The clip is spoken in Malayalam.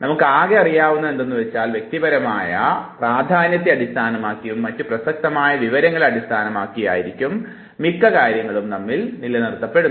നമുക്കാകെ അറിയാവുന്നതെന്തെന്നു വച്ചാൽ വ്യക്തിപരമായ പ്രാധാന്യത്തെ അടിസ്ഥാനമാക്കിയും മറ്റ് പ്രസക്തമായ വിവരങ്ങളെ അടിസ്ഥാനമാക്കിയുമായിരിക്കും മിക്ക കാര്യങ്ങളും നമ്മിൽ നിലനിർത്തപ്പെടുന്നത്